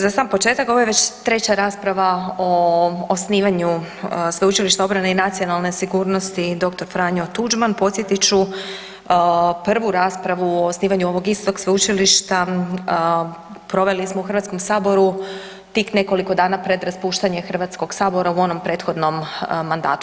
Za sam početak, ovo je već treća rasprava o osnivanju Sveučilišta obrane i nacionalne sigurnosti „Dr. Franjo Tuđman“, podsjetit ću, prvu raspravu o osnivanju ovog istog sveučilišta proveli smo u Hrvatskom saboru tik nekoliko dana pred raspuštanje Hrvatskog sabora, u onom prethodnom mandatu.